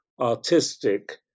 artistic